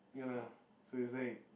ya lah so is like